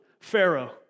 Pharaoh